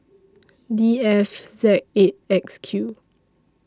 D F Z eight X Q